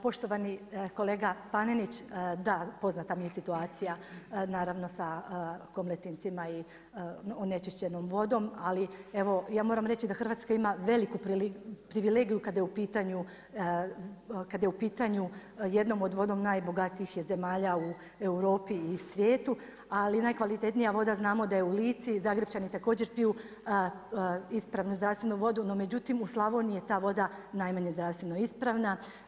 Poštovani kolega Panenić, da poznata mi je situacija naravno sa Komletincima i onečišćenom vodom, ali ja moram reći da Hrvatska ima veliku privilegiju kada je u pitanju jednom od vodom najbogatijih zemalja u Europi i svijetu, ali najkvalitetnija voda znamo da je u Lici, Zagrepčani također piju ispravnu zdravstvenu vodu, no međutim u Slavoniji je ta voda najmanje zdravstveno ispravna.